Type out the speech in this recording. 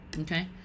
Okay